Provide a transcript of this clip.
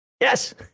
Yes